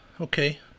okay